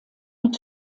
mit